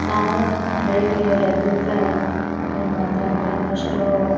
ನಾವು ಬೆಳಿಗ್ಗೆ ಎದ್ದ ಕೂಡ್ಲೆ ಏನು ಮಾಡ್ತೀವಂದರೆ ಪಷ್ಟೂ